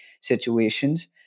situations